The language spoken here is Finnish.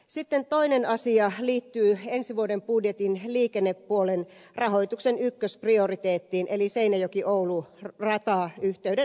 sitten toinen asia liittyy ensi vuoden budjetin liikennepuolen rahoituksen ykkösprioriteettiin eli seinäjokioulu ratayhteyden rahoitukseen